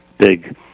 big